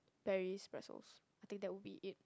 Paris Brussels I think that would be it